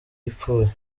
ipfuye